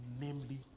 namely